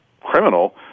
criminal